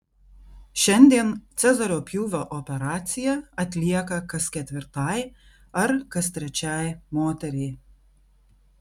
šiandien cezario pjūvio operacija atlieka kas ketvirtai ar kas trečiai moteriai